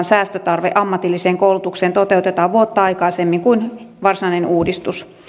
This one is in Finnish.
säästötarve ammatilliseen koulutukseen toteutetaan vuotta aikaisemmin kuin varsinainen uudistus